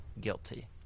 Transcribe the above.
guilty